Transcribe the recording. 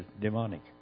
demonic